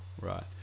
Right